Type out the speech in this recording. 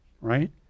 right